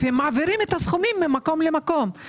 רק מעבירים את הסכומים זה